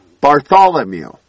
Bartholomew